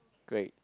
great